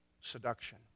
seduction